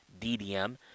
DDM